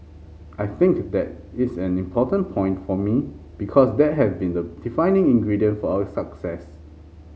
I think that is an important point for me because that have been the defining ingredient for our success